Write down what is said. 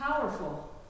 Powerful